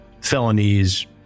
felonies